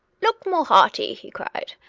look more hearty! he cried.